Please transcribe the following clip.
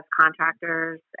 contractors